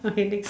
okay next